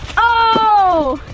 oh!